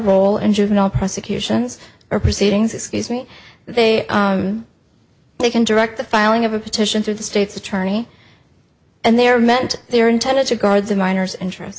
role in juvenile prosecutions or proceedings excuse me they they can direct the filing of a petition to the state's attorney and they are meant they are intended to guards of minors interest